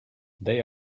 they